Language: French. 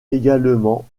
également